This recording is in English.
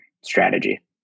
strategy